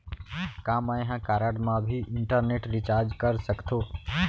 का मैं ह कारड मा भी इंटरनेट रिचार्ज कर सकथो